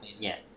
Yes